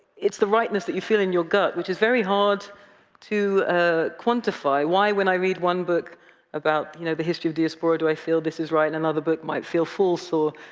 it's the rightness that you feel in your gut, which is very hard to quantify. why, when i read one book about you know the history of diaspora do i feel this is right, and another book might feel false, or.